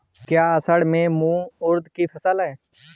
क्या असड़ में मूंग उर्द कि फसल है?